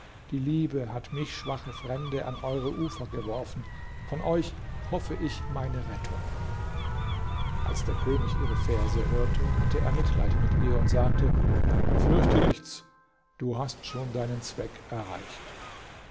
die liebe hat mich schwache fremde an eure ufer geworfen von euch hoffe ich meine rettung als der könig ihre verse hörte hatte er mitleid mit ihr und sagte fürchte nichts du hast schon deinen zweck erreicht